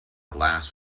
glass